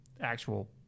actual